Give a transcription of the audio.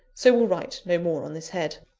so will write no more on this head.